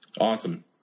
Awesome